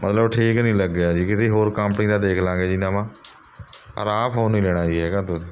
ਮਤਲਬ ਠੀਕ ਨਹੀਂ ਲੱਗਿਆ ਜੀ ਕਿਸੇ ਹੋਰ ਕੰਪਨੀ ਦਾ ਦੇਖ ਲਵਾਂਗੇ ਜੀ ਨਵਾਂ ਪਰ ਆਹ ਫੋਨ ਨਹੀ ਲੈਣਾ ਜੀ ਹੈਗਾ